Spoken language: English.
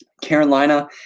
Carolina